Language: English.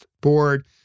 board